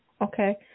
Okay